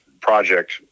project